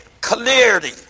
clearly